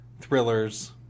Thrillers